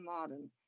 Laden